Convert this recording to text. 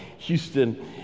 Houston